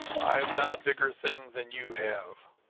i've done a bigger thing than you have!